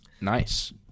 Nice